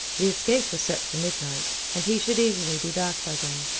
the escape was set for midnight, and he should easily be back by then.